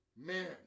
man